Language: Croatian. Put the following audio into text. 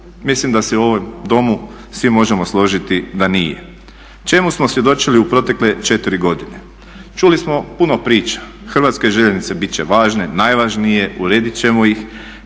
Mislim da se u ovom Domu svi možemo složiti da nije. Čemu smo svjedočili u protekle 4 godine? Čuli smo puno priča. Hrvatske željeznice bit će važne, najvažnije, uredit ćemo ih,